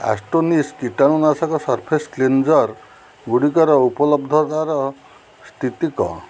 Astonish କୀଟାଣୁନାଶକ surface କ୍ଲିନ୍ଜର୍ଗୁଡ଼ିକର ଉପଲବ୍ଧତାର ସ୍ଥିତି କ'ଣ